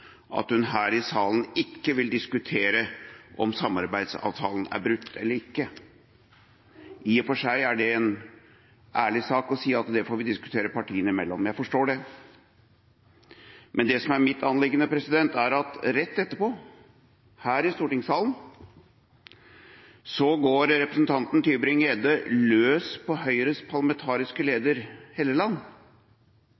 at hun her i salen ikke vil diskutere om samarbeidsavtalen er brutt eller ikke. I og for seg er det en ærlig sak å si at det får partiene diskutere seg imellom. Jeg forstår det. Men det som er mitt anliggende, er at rett etterpå – her i stortingssalen – går representanten Tybring-Gjedde løs på Høyres parlamentariske leder, Helleland,